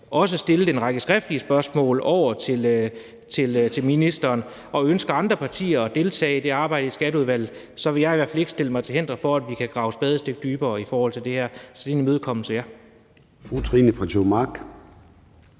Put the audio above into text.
også stillede en række skriftlige spørgsmål til ministeren, og ønsker andre partier at deltage i det arbejde i Skatteudvalget, vil jeg i hvert fald ikke stille mig til hinder for, at vi kan grave et spadestik dybere i forhold til det her. Så ja, det er en imødekommelse.